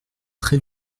très